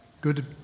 good